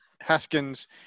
Haskins